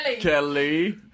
Kelly